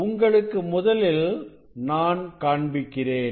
உங்களுக்கு முதலில் நான் காண்பிக்கிறேன்